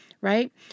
right